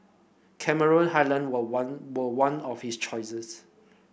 Cameron Highland were one were one of his choices